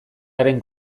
haren